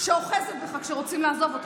שאוחזת בך כשרוצים לעזוב אותך,